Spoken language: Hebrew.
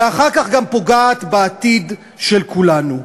ואחר כך גם פוגעת בעתיד של כולנו.